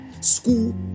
School